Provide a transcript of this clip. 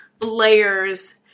layers